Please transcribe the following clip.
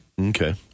Okay